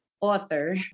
author